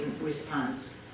response